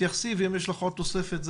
תתייחסי ואם יש לך עוד תוספת לדברים,